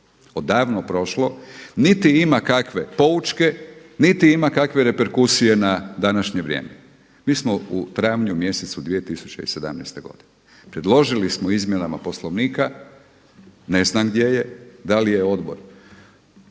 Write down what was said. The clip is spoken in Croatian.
odavno prošlo, niti ima kakve poučke, niti ima kakve reperkusije na današnje vrijeme. Mi smo u travnju mjesecu 2017. godine, predložili smo izmjenama Poslovnika, ne znam gdje je. Da li je odbor